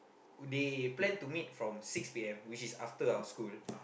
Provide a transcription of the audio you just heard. they plan to meet from six P_M which is after our school